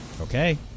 Okay